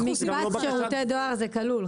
בשירותי דואר זה כלול.